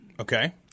Okay